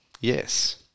Yes